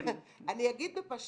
אגיד בפשטנות.